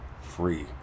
free